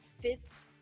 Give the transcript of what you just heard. fits